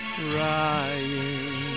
crying